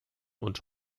und